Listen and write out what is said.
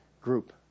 group